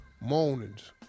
mornings